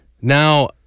Now